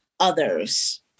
others